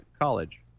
college